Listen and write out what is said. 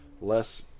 Less